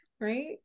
right